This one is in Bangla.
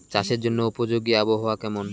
চাষের জন্য উপযোগী আবহাওয়া কেমন?